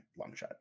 Longshot